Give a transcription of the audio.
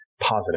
positive